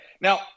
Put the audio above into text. Now